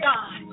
God